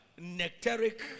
nectaric